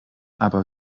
aber